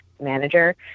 manager